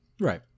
Right